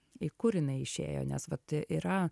į kur jinai išėjo nes vat yra